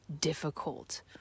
difficult